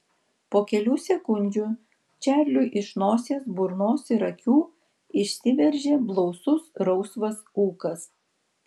po kelių sekundžių čarliui iš nosies burnos ir akių išsiveržė blausus rausvas ūkas